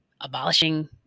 abolishing